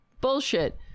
Bullshit